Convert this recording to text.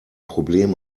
problem